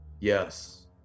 Yes